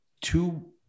two